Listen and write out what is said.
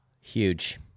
Huge